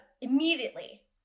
immediately